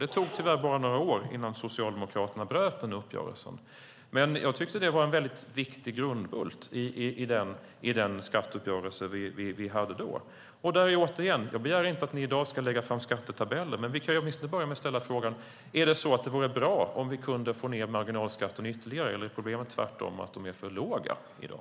Det tog tyvärr bara några år innan Socialdemokraterna bröt den uppgörelsen, men jag tyckte att det var en väldigt viktig grundbult i den skatteuppgörelse vi hade då. Jag begär inte att ni i dag ska lägga fram skattetabeller, men vi kan åtminstone börja med att ställa frågan: Vore det bra om vi kunde få ned marginalskatten ytterligare, eller är problemet tvärtom att den är för låg i dag?